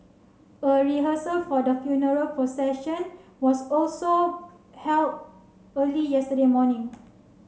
a rehearsal for the funeral procession was also held early yesterday morning